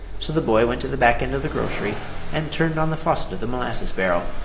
so the boy went to the back end of the grocery and turned on the faucet of the molasses barrel.